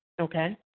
Okay